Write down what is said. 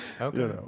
okay